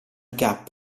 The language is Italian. gap